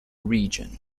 region